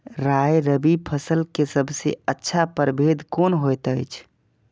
राय रबि फसल के सबसे अच्छा परभेद कोन होयत अछि?